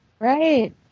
Right